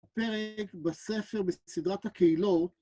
פרק בספר, בסדרת הקהילות.